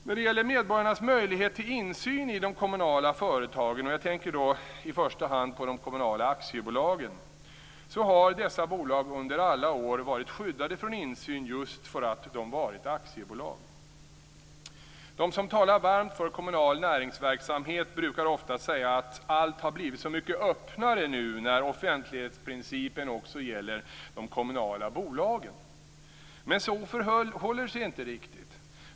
När det gäller medborgarnas möjlighet till insyn i de kommunala företagen - jag tänker då i första hand på de kommunala aktiebolagen - har dessa bolag under alla år varit skyddade från insyn just därför att de har varit aktiebolag. De som talar varmt för kommunal näringsverksamhet brukar ofta säga att allt har blivit så mycket öppnare nu när offentlighetsprincipen också gäller de kommunala bolagen. Men så förhåller det sig inte riktigt.